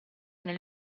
nel